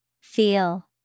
Feel